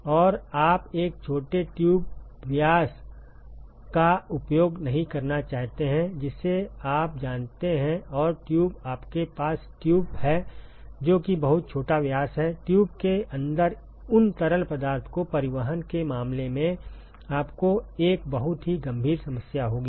और आप एक छोटे ट्यूब व्यास का उपयोग नहीं करना चाहते हैं जिसे आप जानते हैं और ट्यूब आपके पास ट्यूब है जो कि बहुत छोटा व्यास है ट्यूब के अंदर उन तरल पदार्थ को परिवहन के मामले में आपको एक बहुत ही गंभीर समस्या होगी